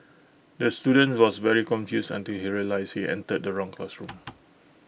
the student was very confused until he realised he entered the wrong classroom